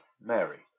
Mary